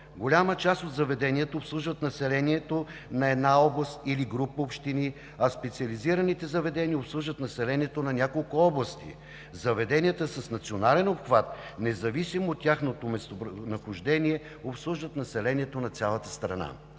Голяма част от заведенията обслужват населението на една област или група общини, а специализираните заведения обслужват населението на няколко области. Заведенията с национален обхват, независимо от тяхното местонахождение, обслужват населението на цялата страна.